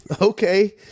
okay